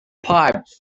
pipe